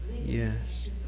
Yes